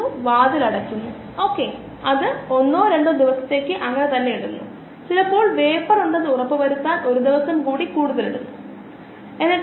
വളർച്ച പരിമിതപ്പെടുത്തുന്നതിനായി സബ്സ്ട്രേറ്റ് സംഭവിക്കുമ്പോൾ ചില സബ്സ്ട്രേറ്റുകൾ അത് ചെയ്യുന്നു അപ്പോൾ നമുക്ക് ഈ മാതൃക ഉപയോഗിക്കാം ഇതാണ് ആൻഡ്രൂസും നോക്കും നൽകിയ μmSKsS KIKIS ഇതാണ് ആൻഡ്രൂസ് നോക്ക് മോഡൽ